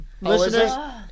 listeners